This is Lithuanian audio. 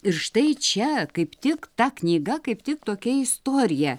ir štai čia kaip tik ta knyga kaip tik tokia istorija